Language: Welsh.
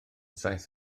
saith